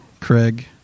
Craig